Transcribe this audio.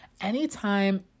anytime